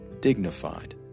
dignified